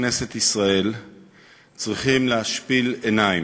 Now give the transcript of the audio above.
בכנסת ישראל צריכים להשפיל עיניים.